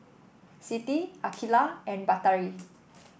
Siti Aqilah and Batari